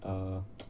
err